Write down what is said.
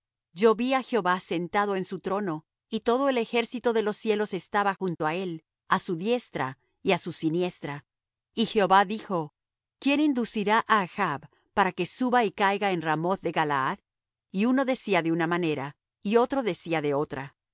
á jehová sentado en su trono y todo el ejército de los cielos estaba junto á él á su diestra y á su siniestra y jehová dijo quién inducirá á achb para que suba y caiga en ramoth de galaad y uno decía de una manera y otro decía de otra